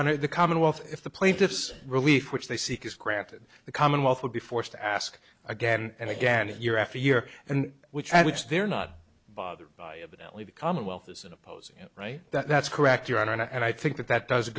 honor the commonwealth if the plaintiff's relief which they seek is granted the commonwealth will be forced to ask again and again year after year and which at which they're not bothered by evidently the commonwealth isn't opposing it right that's correct your honor and i think that that does